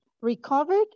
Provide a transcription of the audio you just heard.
Recovered